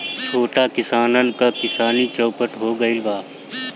छोट किसानन क किसानी चौपट हो गइल बा